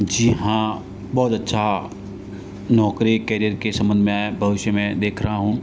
जी हाँ बहुत अच्छा नौकरी करिअर के संबंध मे भविष्य मे देख रहा हूँ